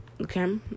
okay